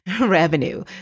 revenue